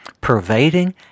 pervading